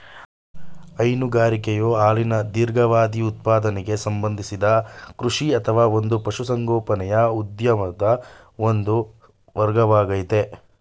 ಹೈನುಗಾರಿಕೆಯು ಹಾಲಿನ ದೀರ್ಘಾವಧಿ ಉತ್ಪಾದನೆಗೆ ಸಂಬಂಧಿಸಿದ ಕೃಷಿ ಅಥವಾ ಒಂದು ಪಶುಸಂಗೋಪನೆಯ ಉದ್ಯಮದ ಒಂದು ವರ್ಗವಾಗಯ್ತೆ